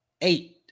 eight